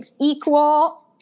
equal